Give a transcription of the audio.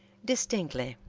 distinctly.